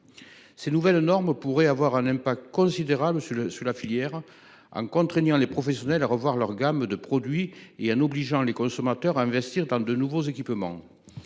Ces nouvelles normes pourraient avoir des effets considérables sur la filière, en contraignant les professionnels à revoir leurs gammes de produits et en obligeant les consommateurs à investir dans de nouveaux équipements.